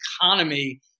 economy